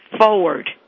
forward